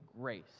grace